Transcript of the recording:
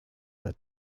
that